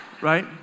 Right